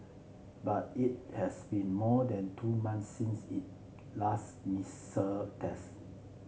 but it has been more than two months since it last missile test